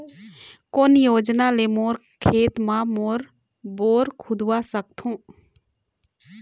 कोन योजना ले मोर खेत मा बोर खुदवा सकथों?